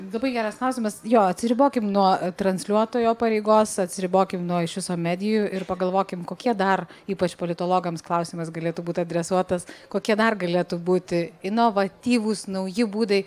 labai geras klausimas jo atsiribokim nuo transliuotojo pareigos atsiribokim nuo iš viso medijų ir pagalvokim kokie dar ypač politologams klausimas galėtų būt adresuotas kokie dar galėtų būti inovatyvūs nauji būdai